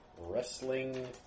wrestling